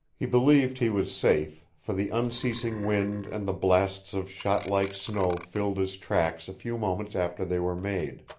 he believed he was safe, for the unceasing wind and the blasts of shot-like snow filled his tracks a few moments after they were made.